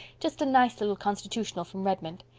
just a nice little constitutional from redmond.